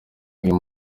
uyu